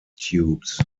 tubes